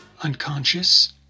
unconscious